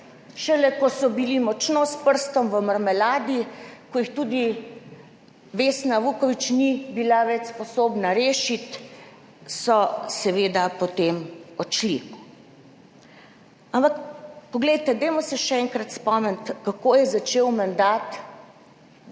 Šele ko so bili močno s prstom v marmeladi, ko jih tudi Vesna Vuković ni bila več sposobna rešiti, so seveda potem odšli. Ampak poglejte, dajmo se še enkrat spomniti, kako je začel mandat